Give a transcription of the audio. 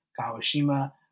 Kawashima